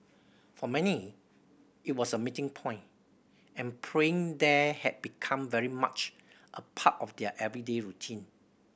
for many it was a meeting point and praying there had become very much a part of their everyday routine